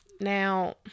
Now